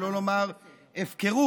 שלא לומר הפקרות,